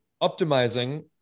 optimizing